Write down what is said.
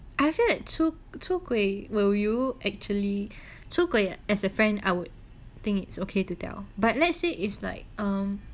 is it 出轨~出轨 as a friend then it's okay to tell but let's say it's like um